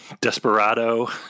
Desperado